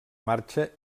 marxa